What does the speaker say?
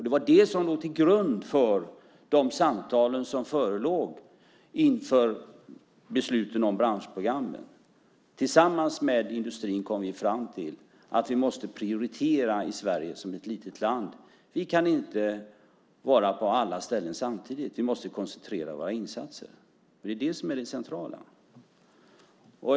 Det var det som låg till grund för de samtal som förelåg inför besluten om branschprogrammen. Tillsammans med industrin kom vi fram till att vi måste prioritera i Sverige som är ett litet land. Vi kan inte vara på alla ställen samtidigt. Vi måste koncentrera våra insatser. Det är det som är det centrala.